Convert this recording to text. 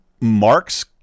marks